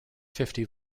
fifty